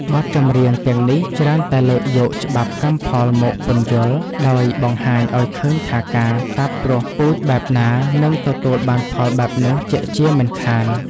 បទចម្រៀងទាំងនេះច្រើនតែលើកយកច្បាប់កម្មផលមកពន្យល់ ដោយបង្ហាញឱ្យឃើញថាការសាបព្រោះពូជបែបណា នឹងទទួលបានផលបែបនោះជាក់ជាមិនខាន។